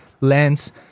lens